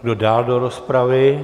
Kdo dál do rozpravy?